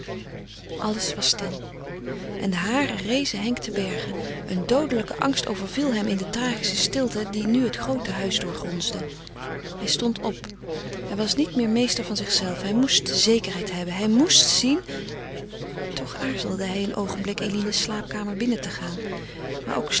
alles was stil en de haren rezen henk te berge een doodelijke angst overviel hem in de tragische stilte die nu het groote huis doorgonsde hij stond op hij was niet meer meester van zichzelven hij moest zekerheid hebben hij moest zien toch aarzelde hij een oogenblik eline's slaapkamer binnen te gaan maar ook